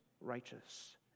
righteous